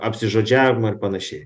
apsižodžiavimo ir panašiai